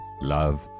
love